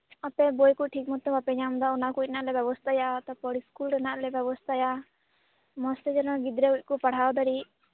ᱟᱯᱮ ᱵᱳᱭᱠᱚ ᱴᱷᱤᱠᱢᱚᱛᱚ ᱵᱟᱯᱮ ᱧᱟᱢᱮᱫᱟ ᱚᱱᱟᱠᱚ ᱨᱮᱱᱟᱜ ᱞᱮ ᱵᱮᱵᱚᱥᱛᱷᱟᱭᱟ ᱛᱟᱨᱯᱚᱨ ᱤᱥᱠᱩᱞ ᱨᱮᱱᱟᱜ ᱞᱮ ᱵᱮᱵᱚᱥᱛᱷᱟᱭᱟ ᱢᱚᱡᱽ ᱛᱮ ᱡᱮᱱᱚ ᱜᱤᱫᱽᱨᱟᱹᱠᱚ ᱯᱟᱲᱦᱟᱣ ᱫᱟᱲᱮ